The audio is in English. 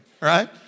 right